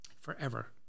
forever